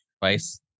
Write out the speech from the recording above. Twice